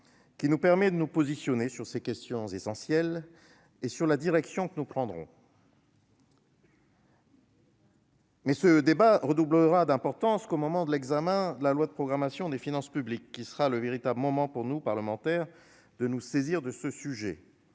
qui nous permet de nous positionner sur ces questions essentielles et sur la direction que nous prendrons. Mais ce débat redoublera d'importance au moment de l'examen du projet de loi de programmation des finances publiques. Ce sera pour nous, parlementaires, le véritable moment de nous saisir de ce sujet.